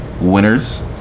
winners